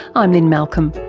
i'm lynne malcolm.